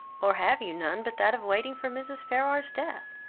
or have you none but that of waiting for mrs. ferrars's death,